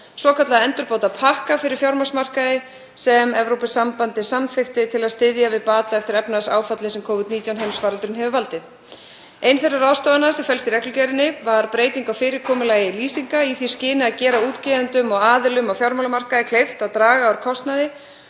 svokallaða endurbótapakka fyrir fjármagnsmarkaði sem Evrópusambandið samþykkti til að styðja við bata eftir efnahagsáfallið sem Covid-19 heimsfaraldurinn hefur valdið. Ein þeirra ráðstafana sem felast í reglugerðinni er breyting á fyrirkomulagi lýsinga í því skyni að gera útgefendum og aðilum á fjármálamarkaði kleift að draga úr kostnaði